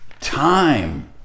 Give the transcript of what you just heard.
time